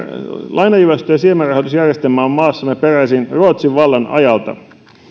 ja siemenrahastojärjestelmä on maassamme peräisin ruotsin vallan ajalta